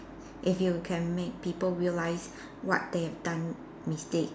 if you can make people realise what they have done mistake